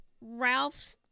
ralph's